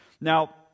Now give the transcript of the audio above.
Now